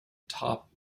top